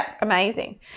amazing